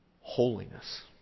holiness